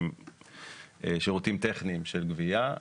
שזה שירותים טכניים של גבייה.